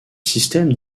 systèmes